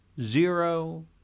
Zero